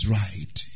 right